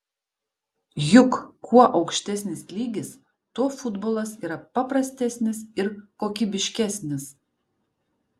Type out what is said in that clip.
juk kuo aukštesnis lygis tuo futbolas yra paprastesnis ir kokybiškesnis